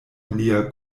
lia